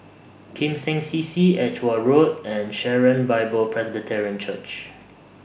Kim Seng C C Edgware Road and Sharon Bible Presbyterian Church